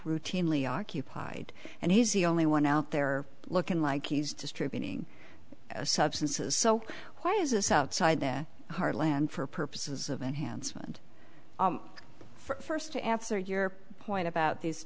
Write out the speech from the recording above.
routinely occupied and he's the only one out there looking like he's distributing substances so why is this outside their heartland for purposes of enhancement for us to answer your point about these